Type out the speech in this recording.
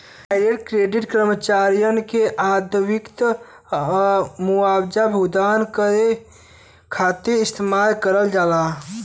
direct credit कर्मचारियन के आवधिक मुआवजा भुगतान करे खातिर इस्तेमाल करल जाला